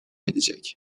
edecek